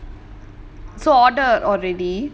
so ordered already